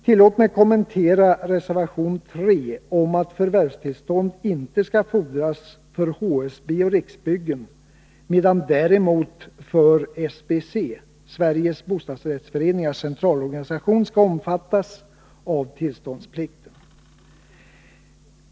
Tillåt mig något kommentera reservation 3 om att förvärvstillstånd inte skall fordras för HSB och Riksbyggen, medan däremot SBC, Sveriges Bostadsrättsföreningars Centralorganisation, skall omfattas av tillståndsplikten.